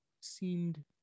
seemed